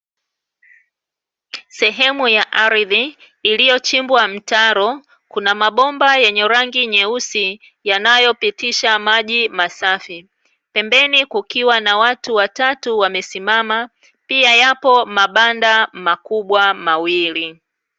Sehemu ya ardhi iliyochimbwa mtaro, kuna mabomba yenye rangi nyeusi yanayopitisha maji masafi. Pembeni kukiwa na watu watatu wamesimama, pia yapo mabanda makubwa mawili.